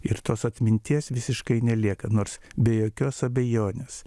ir tos atminties visiškai nelieka nors be jokios abejonės